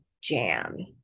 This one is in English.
jam